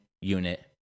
unit